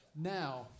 Now